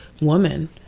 woman